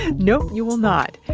and no, you will not.